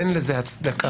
אין לזה הצדקה.